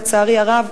לצערי הרב?